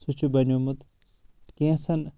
سُہ چھُ بنیومُت کیٚنٛژن